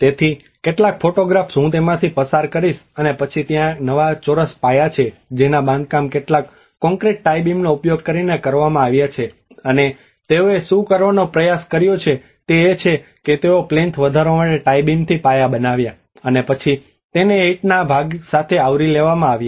તેથી કેટલાક ફોટોગ્રાફ્સ હું તેમાંથી પસાર કરીશ અને પછી ત્યાં એક નવા ચોરસ પાયા છે જેના બાંધકામ કેટલાક કોંક્રિટ ટાઇ બીમનો ઉપયોગ કરીને કરવામાં આવ્યો છે અને તેઓએ શું કરવાનો પ્રયાસ કર્યો તે એ છે કે તેઓએ પ્લીન્થ વધારવા માટે ટાઇ બીમથી પાયા બનાવ્યાં અને પછી તેને ઇંટના ભાગ સાથે આવરી લેવામાં આવ્યા